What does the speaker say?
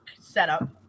setup